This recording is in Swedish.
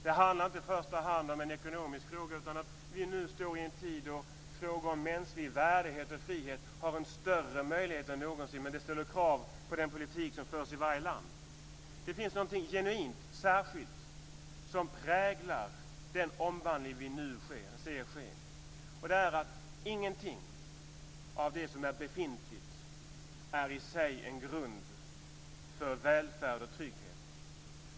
Det är inte i första hand en ekonomisk fråga. Vi står nu inför en tid där frågor om mänsklig värdighet och frihet har en större möjlighet än någonsin. Men det ställer krav på den politik som förs i varje land. Det finns någonting genuint, särskilt, som präglar den omvandling som vi nu ser ske. Ingenting av det som är befintligt är i sig en grund för välfärd och trygghet.